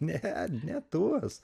ne ne tuos